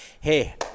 hey